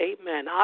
Amen